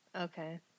Okay